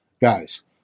guys